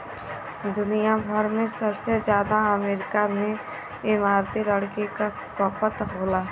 दुनिया भर में सबसे जादा अमेरिका में इमारती लकड़ी क खपत होला